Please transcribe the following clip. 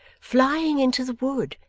flying into the wood,